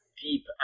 deep